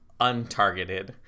untargeted